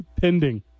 Pending